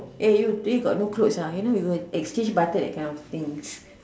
eh you today got no clothes ah you know we would exchanged butter that kind of things